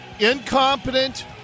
incompetent